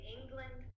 England